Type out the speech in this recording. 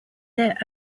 their